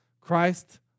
Christ